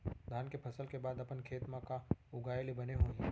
धान के फसल के बाद अपन खेत मा का उगाए ले बने होही?